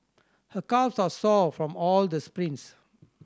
her calves are sore from all the sprints